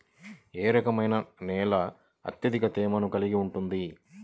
ఏ రకమైన నేల అత్యధిక తేమను కలిగి ఉంటుంది?